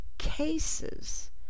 cases